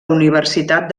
universitat